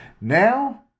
Now